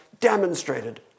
demonstrated